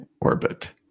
orbit